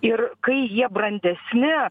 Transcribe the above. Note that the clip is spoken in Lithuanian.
ir kai jie brandesni